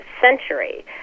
century